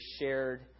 shared